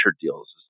deals